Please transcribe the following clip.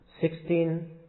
Sixteen